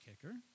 kicker